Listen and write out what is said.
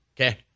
okay